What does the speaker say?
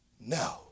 No